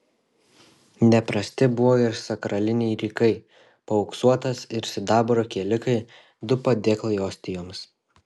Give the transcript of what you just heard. neprasti buvo ir sakraliniai rykai paauksuotas ir sidabro kielikai du padėklai ostijoms